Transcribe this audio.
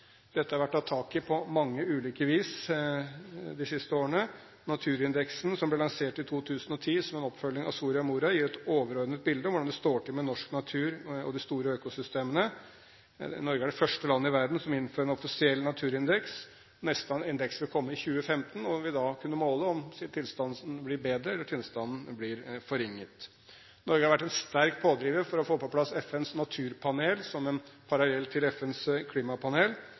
Dette har det vært tatt tak i på mange ulike vis de siste årene. Naturindeksen som ble lansert i 2010 som en oppfølging av Soria Moria-erklæringen, gir et overordnet bilde av hvordan det står til med norsk natur og de store økosystemene. Norge er det første landet i verden som innfører en offisiell naturindeks. Neste naturindeks vil komme i 2015, og vi vil da kunne måle om tilstanden blir bedre, eller om tilstanden blir forringet. Norge har vært en sterk pådriver for å få på plass FNs naturpanel som en parallell til FNs klimapanel.